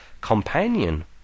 companion